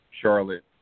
Charlotte